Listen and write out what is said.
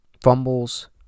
fumbles